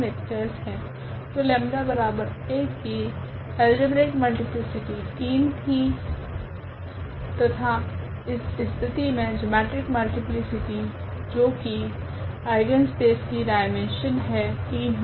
तो 𝜆1 की algebraic multiplicity 3 थी तथा इस स्थिति मे जिओमेट्रिक मल्टीप्लीसिटी जो की आइगनस्पेस की डाईमेन्शन है 3 होगी